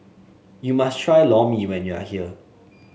you must try Lor Mee when you are here